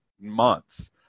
months